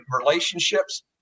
relationships